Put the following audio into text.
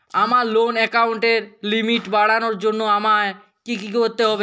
আমার লোন অ্যাকাউন্টের লিমিট বাড়ানোর জন্য আমায় কী কী করতে হবে?